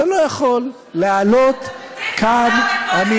אתה לא יכול לעלות כאן, אתה מטיף מוסר לכל עבר.